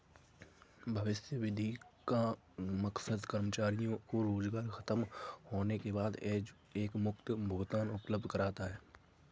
भविष्य निधि का मकसद कर्मचारियों को रोजगार ख़तम होने के बाद एकमुश्त भुगतान उपलब्ध कराना है